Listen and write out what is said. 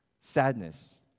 Sadness